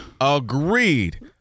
Agreed